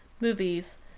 movies